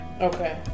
Okay